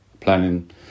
planning